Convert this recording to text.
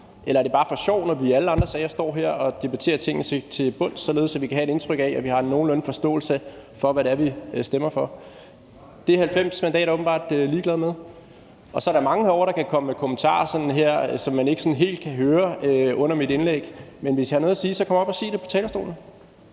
eller er det bare for sjov, når vi i alle andre sager står her og debatterer tingene til bunds, således at vi kan have et indtryk af, at vi har en nogenlunde forståelse af, hvad det er, vi stemmer for? Det er 90 mandater åbenbart ligeglade med. Så er der mange herovre til venstre for mig, der kommer med kommentarer, som man ikke sådan helt kan høre, under mit indlæg, men hvis I har noget at sige, så kom op at sige det fra talerstolen.